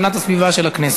חברי הכנסת, איש למקומו.